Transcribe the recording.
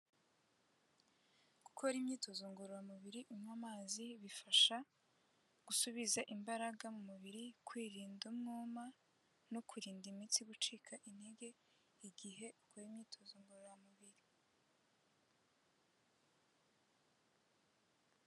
Gukora imyitozo ngororamubiri unywa amazi, bifasha gusubiza imbaraga mu mubiri, kwirinda umwuma, no kurinda imitsi gucika intege, igihe ukora imyitozo ngororamubiri.